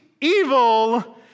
evil